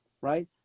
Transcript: right